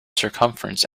circumference